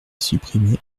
supprimé